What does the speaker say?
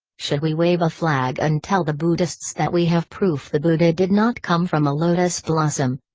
should we wave a flag and tell the buddhists that we have proof the buddha did not come from a lotus blossom?